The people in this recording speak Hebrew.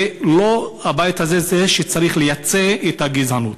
ולא הבית הזה הוא זה שצריך לייצא את הגזענות.